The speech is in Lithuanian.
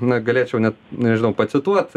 na galėčiau net nežinau pacituot